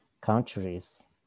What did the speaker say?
countries